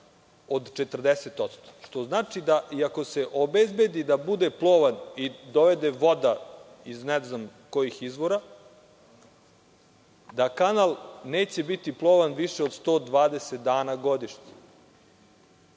od 40%. Što znači, da iako se obezbedi da bude plovan i dovede voda iz ne znam kojih izvora, da kanal neće biti plovan više od 120 dana godišnje,